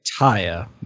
Taya